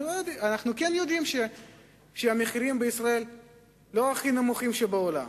אנחנו כן יודעים שהמחירים בישראל לא הכי נמוכים שבעולם,